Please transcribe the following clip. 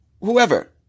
whoever